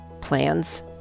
plans